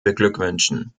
beglückwünschen